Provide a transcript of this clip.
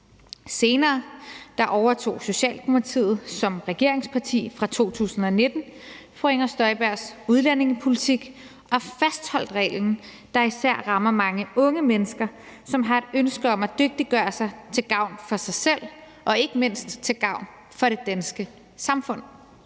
2019, overtog Socialdemokratiet som regeringsparti fru Inger Støjbergs udlændingepolitik og fastholdt reglen, der især rammer mange unge mennesker, som har et ønske om at dygtiggøre sig til gavn for sig selv og ikke mindst til gavn for det danske samfund.